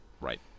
Right